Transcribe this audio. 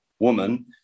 woman